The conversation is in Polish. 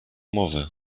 mowy